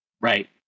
Right